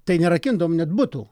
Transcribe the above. tai nerakindavom net butų